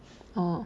orh